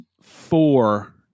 four